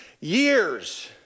years